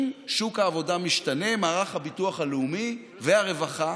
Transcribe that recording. אם שוק העבודה משתנה, מערך הביטוח הלאומי והרווחה